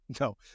no